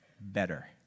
better